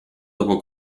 dopo